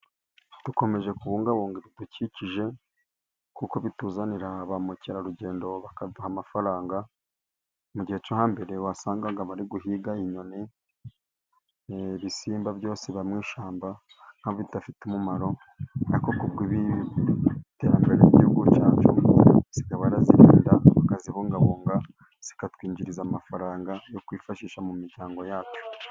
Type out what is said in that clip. Dukomeje kubungabunga ibidukikije kuko bituzanira ba mukerarugendo bakaduha amafaranga, mu gihe cyo hambere wasangaga bari guhiga inyoni, ibisimba byose biba mu ishyamba nk'aho bidafite umumaro ariko kubw' iterambere ry'igihugu cyacu basigaye barazirinda tukazibungabunga, zikatwinjiriza amafaranga yo kwifashisha mu miryango yacu.